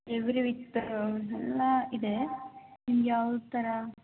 every week ತಾ ಎಲ್ಲಾ ಇದೆ ನಿಮ್ಗ ಯಾವ ಥರ